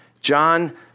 John